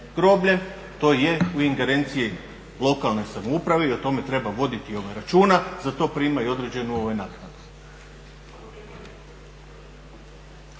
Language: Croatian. grobljem, to je u ingerenciji lokalne samouprave i o tome treba voditi računa, za to prima i određenu naknadu.